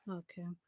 okay